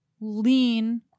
lean